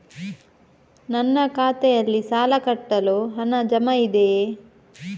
ನನ್ನ ಖಾತೆಯಲ್ಲಿ ಸಾಲ ಕಟ್ಟಲು ಹಣ ಜಮಾ ಇದೆಯೇ?